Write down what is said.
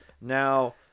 now